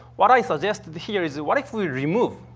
what i suggested here is, what if we remove?